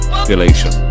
Population